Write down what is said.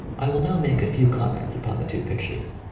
i will now make a few comments upon the two pictures,